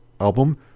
album